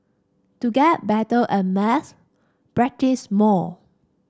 to get better at maths practise more